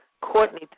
Courtney